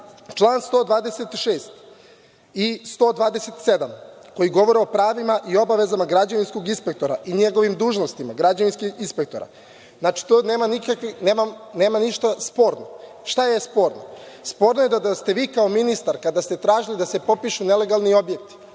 čl. 126. i 127. koji govore o pravima o obavezama građevinskog inspektora i njegovim dužnostima. Znači, tu nema ništa sporno. Šta je sporno? Sporno je da ste vi kao ministarka tražili da se popišu nelegalni objekti.